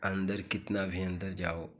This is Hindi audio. अंदर कितना भी अंदर जाओ